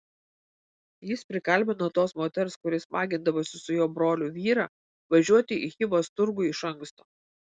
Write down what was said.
jis prikalbino tos moters kuri smagindavosi su jo broliu vyrą važiuoti į chivos turgų iš anksto